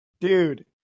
dude